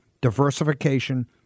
Diversification